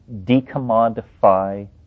decommodify